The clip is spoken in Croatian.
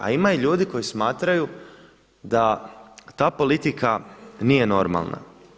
A ima i ljudi koji smatraju da ta politika nije normalna.